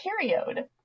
period